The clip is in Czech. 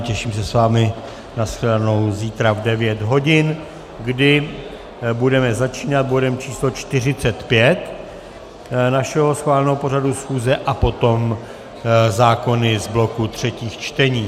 Těším se s vámi na shledanou zítra v 9 hodin, kdy budeme začínat bodem číslo 45 našeho schváleného pořadu schůze a potom zákony z bloku třetích čtení.